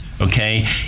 okay